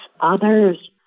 others